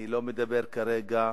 אני לא מדבר כרגע,